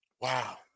Wow